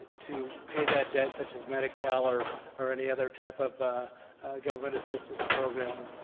to pay that debt, such as medical or or any other type of government assistance program.